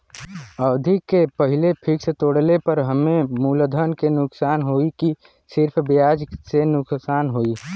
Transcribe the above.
अवधि के पहिले फिक्स तोड़ले पर हम्मे मुलधन से नुकसान होयी की सिर्फ ब्याज से नुकसान होयी?